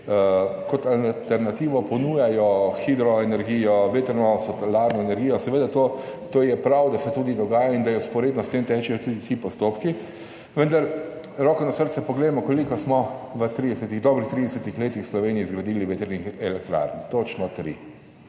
kot alternativo ponujajo hidroenergijo, vetrno, solarno energijo. Seveda, prav je, da se to tudi dogaja in da vzporedno s tem tečejo tudi vsi postopki, vendar, roko na srce, poglejmo, koliko smo v dobrih 30 letih v Sloveniji zgradili v vetrnih elektrarn – točno tri.